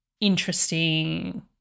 interesting